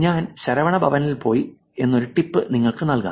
ഞാൻ ശരവണ ഭവനിലേക്ക് പോയി എന്നൊരു ടിപ്പ് നിങ്ങൾക്ക് നൽകാം